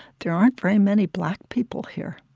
there aren't very many black people here.